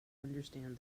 understand